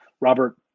Robert